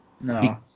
No